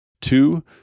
Two